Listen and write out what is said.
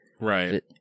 right